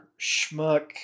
schmuck